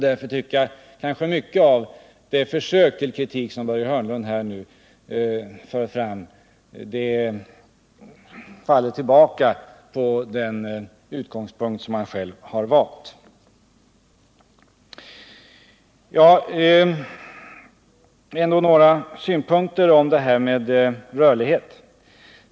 Jag tycker därför att mycket av det som Börje Hörnlund här försöker kritisera faller tillbaka på den utgångspunkt han själv har valt. Jag vill också bemöta det som har sagts här när det gäller rörligheten på arbetsmarknaden.